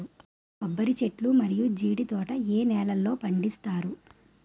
కొబ్బరి చెట్లు మరియు జీడీ తోట ఏ నేలల్లో పండిస్తారు?